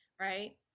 right